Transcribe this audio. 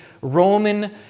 Roman